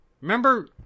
Remember